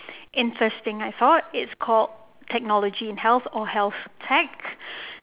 interesting I thought it's called technology in health or health tech